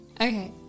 Okay